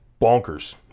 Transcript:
bonkers